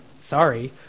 sorry